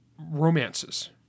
Romances